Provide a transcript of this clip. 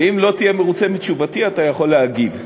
ואם אתה לא מרוצה מתשובתי, אתה יכול להגיב.